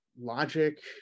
logic